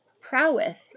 prowess